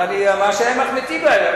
זה מה שהם מחליטים,